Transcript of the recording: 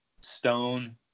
Stone